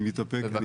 אני מתאפק, אני